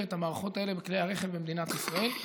את המערכות האלה בכלי הרכב במדינת ישראל.